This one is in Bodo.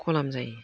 गलाम जायो